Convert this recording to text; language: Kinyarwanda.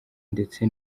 ndetse